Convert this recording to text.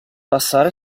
passare